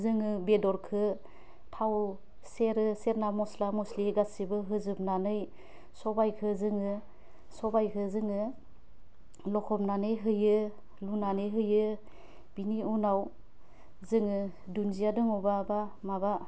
जोङो बेदरखो थाव सेरो सेरना मस्ला मस्लि गासिबो होजोबनानै सबाइखो जोङो सबाइखो जोङो लखबनानै होयो लुनानै होयो बिनि उनाव जोङो दुन्जिया दङबा बा माबा